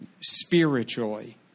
spiritually